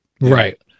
Right